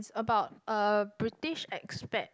about a British expat